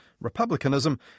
republicanism